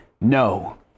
no